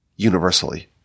Universally